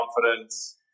confidence